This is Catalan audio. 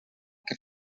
que